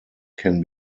can